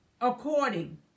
according